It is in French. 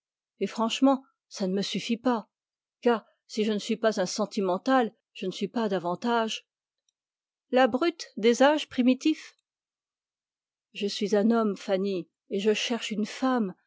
et franchement ça ne me suffit pas car si je ne suis pas un sentimental je ne suis pas davantage la brute des âges primitifs je suis un homme fanny et je cherche une femme